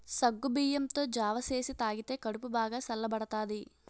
సగ్గుబియ్యంతో జావ సేసి తాగితే కడుపు బాగా సల్లబడతాది